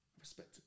respect